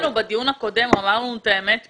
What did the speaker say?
בדיון הקודם הוא אמר לנו את האמת כאן.